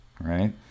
right